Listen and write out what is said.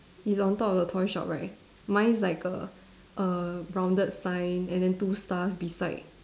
it's on top of the toy shop right mine is like a a rounded sign and then two stars beside